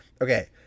okay